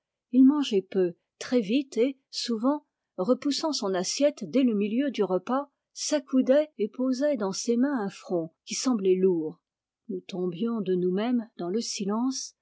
il mangeait peu très vite et souvent repoussant son assiette dès le milieu du repas s'accoudait et posait dans ses mains un front qui semblait lourd nous tombions de nous mêmes dans le silence